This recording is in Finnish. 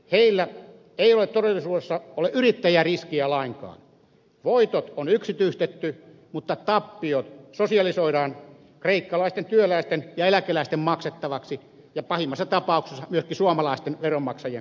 heillä ei todellisuudessa ole yrittäjäriskiä lainkaan voitot on yksityistetty mutta tappiot sosialisoidaan kreikkalaisten työläisten ja eläkeläisten maksettavaksi ja pahimmassa tapauksessa myöskin suomalaisten veronmaksajien kannettavaksi